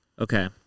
Okay